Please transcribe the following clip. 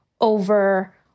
over